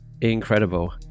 incredible